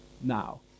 now